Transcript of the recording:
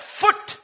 foot